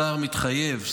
השר מתחייב,